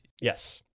yes